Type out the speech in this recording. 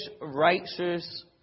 righteous